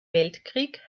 weltkrieg